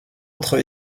entre